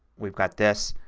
we've got this.